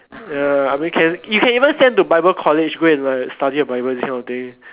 ya I mean can you can even send to bible college go and like study your bible this kind of thing